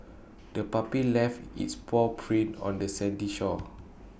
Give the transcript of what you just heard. the puppy left its paw prints on the sandy shore